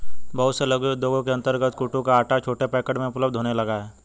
बहुत से लघु उद्योगों के अंतर्गत कूटू का आटा छोटे पैकेट में उपलब्ध होने लगा है